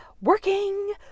working